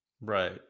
Right